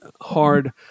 hard